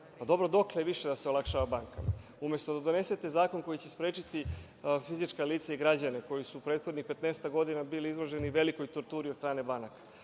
dobro, dokle više da se olakšava bankama? Umesto da donesete zakon koji će sprečiti fizička lica i građane koji su prethodnih 15-ak godina bili izloženi velikoj torturi od strane banaka,